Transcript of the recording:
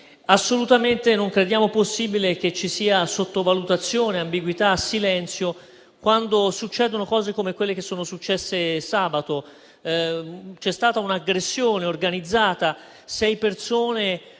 Assolutamente non crediamo possibile che ci sia sottovalutazione, ambiguità e silenzio quando succedono cose come quelle che sono accadute sabato. C'è stata un'aggressione organizzata; sei persone